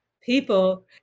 people